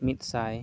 ᱢᱤᱫ ᱥᱟᱭ